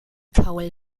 paul